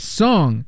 song